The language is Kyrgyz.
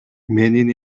менин